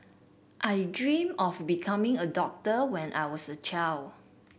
I dreamt of becoming a doctor when I was a child